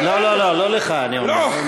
לא, לא, לא לך אני אומר.